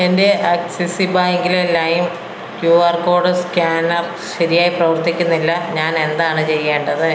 എൻ്റെ ആക്സിസ് ബാങ്കിലെ ലൈം ക്യൂ ആർ കോഡ് സ്കാനർ ശരിയായി പ്രവർത്തിക്കുന്നില്ല ഞാൻ എന്താണ് ചെയ്യേണ്ടത്